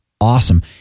awesome